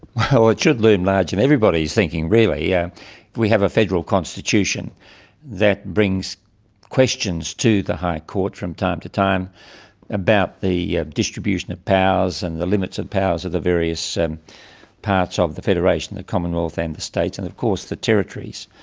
well, it should loom large in everybody's thinking, really. yeah we have a federal constitution, and that brings questions to the high court from time to time about the distribution of powers and the limits of powers of the various parts of the federation, the commonwealth and the states, and of course the territories.